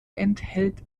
enthält